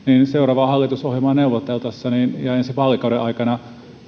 seuraavaa hallitusohjelmaa neuvoteltaessa ja ensi vaalikauden aikana